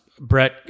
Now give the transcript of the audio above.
Brett